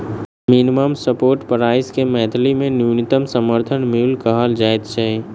minimum support price के मैथिली मे न्यूनतम समर्थन मूल्य कहल जाइत छै